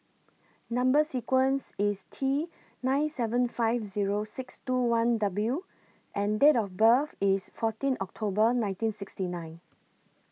Number sequence IS T nine seven five Zero six two one W and Date of birth IS fourteen October nineteen sixty nine